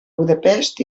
budapest